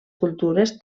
cultures